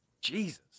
Jesus